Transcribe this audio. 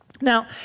now